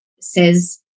says